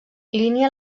línia